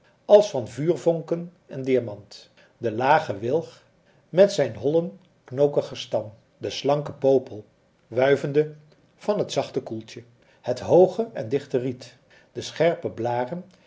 als van vuurvonken en diamant de lage wilg met zijn hollen knokigen stam de slanke popel wuivende van het zachte koeltje het hooge en dichte riet de scherpe blaren